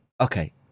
Okay